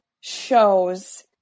shows